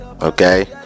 Okay